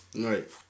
Right